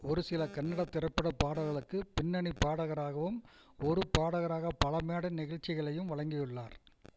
ஒரு சில கன்னட திரைப்படப் பாடல்களுக்கு பின்னணி பாடகராகவும் ஒரு பாடகராக பல மேடை நிகழ்ச்சிகளையும் வழங்கியுள்ளார்